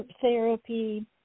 therapy